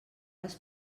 les